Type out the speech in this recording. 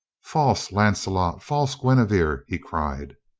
false lancelot! false guinevere! he cried.